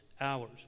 hours